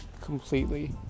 completely